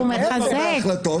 להפך, הוא מחזק.